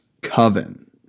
coven